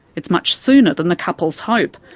it's much sooner than the couples hope.